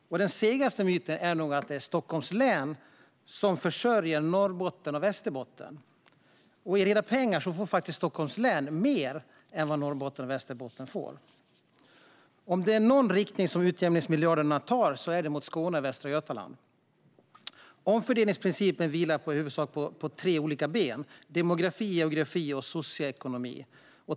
Den segaste myten är nog den att det är Stockholms län som försörjer Norrbotten och Västerbotten. I reda pengar får Stockholms län faktiskt ut mer än vad Norrbotten och Västerbotten får. Om det är någon riktning som utjämningsmiljarderna tar är det mot Skåne och Västra Götaland. Omfördelningsprincipen vilar i huvudsak på tre olika ben: demografi, geografi och socioekonomi.